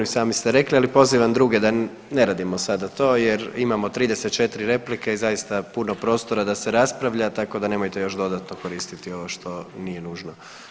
I sami ste rekli, ali pozivam druge da ne radimo sada to jer imamo 34 replike i zaista puno prostora da se raspravlja, tako da nemojte još dodatno koristiti ovo što nije nužno.